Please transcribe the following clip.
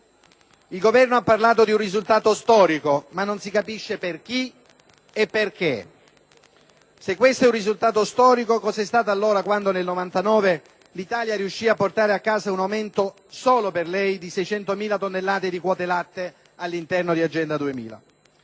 Il Governo ha parlato di un risultato storico, ma non si capisce per chi e perché. Se questo è un risultato storico, cosa è stato allora quello del 1999, quando soltanto l'Italia riuscì a portare a casa un aumento di circa 600.000 tonnellate di quote latte all'interno di Agenda 2000?